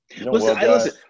Listen